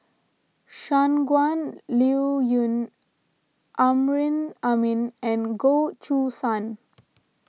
Shangguan Liuyun Amrin Amin and Goh Choo San